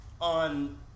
on